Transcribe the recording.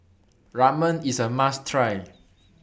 Ramen IS A must Try